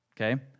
Okay